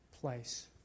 place